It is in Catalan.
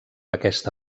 aquesta